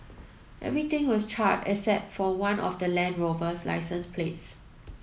everything was charred except for one of the Land Rover's licence plates